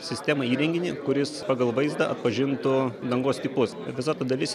sistemą įrenginį kuris pagal vaizdą atpažintų dangos tipus visa ta dalis